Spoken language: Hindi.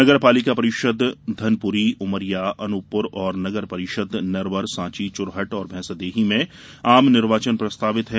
नगर पालिका परिषद् धनपुरी उमरिया अनूपपुर और नगर परिषद नरवर साँची चुरहट और भैंसदेही में आम निर्वाचन प्रस्तावित हैं